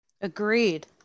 Agreed